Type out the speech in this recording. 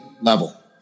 level